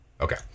Okay